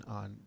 on